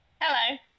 Hello